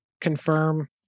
confirm